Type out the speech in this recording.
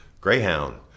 Greyhound